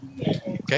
Okay